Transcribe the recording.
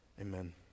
Amen